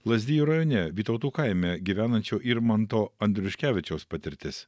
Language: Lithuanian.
lazdijų rajone vytautų kaime gyvenančio irmanto andriuškevičiaus patirtis